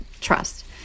trust